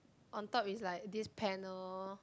on top is like this panel